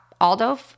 Aldo